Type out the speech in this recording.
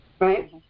right